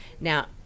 Now